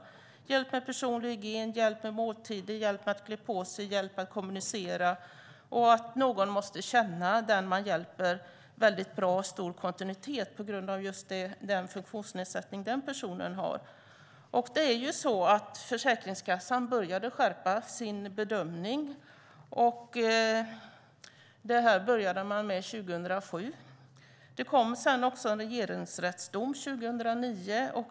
Det är hjälp med personlig hygien, hjälp med måltider, hjälp med att klä på sig och hjälp med att kommunicera. Man måste känna den man hjälper väldigt bra, och det ska vara stor kontinuitet på grund av just den funktionsnedsättning den personen har. Det är ju så att Försäkringskassan började skärpa sin bedömning 2007. Det kom sedan också en regeringsrättsdom 2009.